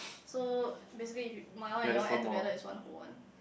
so basically if we my one and your one add together is one whole one